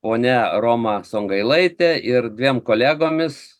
ponia roma songailaite ir dviem kolegomis